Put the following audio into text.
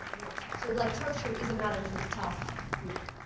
tough. so like torture is a matter for tough men.